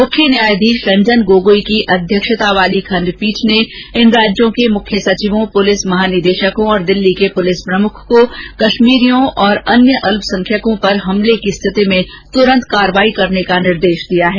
मुख्य न्यायाधीश रंजन गोगोई की अध्यक्षता वाली खण्डपीठ ने इन राज्यों के मुख्य सचिवों पुलिस महानिदेशकों और दिल्ली के पुलिस प्रमुख को कश्मीरियों और अन्य अल्पसंख्यकों पर हमले की स्थिति में तुरंत कार्रवाई करने का निर्देश दिया है